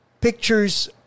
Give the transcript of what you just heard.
pictures